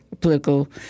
political